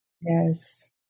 Yes